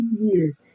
years